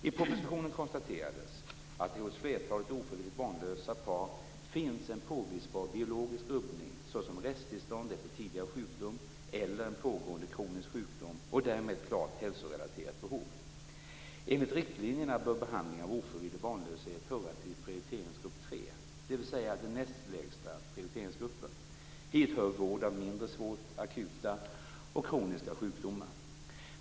I propositionen konstaterades att det hos flertalet ofrivilligt barnlösa par finns en påvisbar biologisk rubbning såsom resttillstånd efter tidigare sjukdom eller en pågående kronisk sjukdom och därmed ett klart hälsorelaterat behov. Enligt riktlinjerna bör behandling av ofrivillig barnlöshet höra till prioriteringsgrupp III, dvs. den näst lägsta prioriteringsgruppen. Hit hör vård av mindre svåra akuta och kroniska sjukdomar.